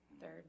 third